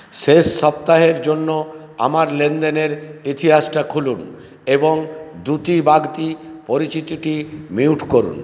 শেষ সপ্তাহ এর জন্য আমার লেনদেনের ইতিহাসটা খুলুন এবং দ্যুতি বাগদি পরিচিতিটি মিউট করুন